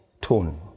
tone